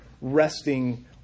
resting